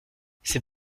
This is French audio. c’est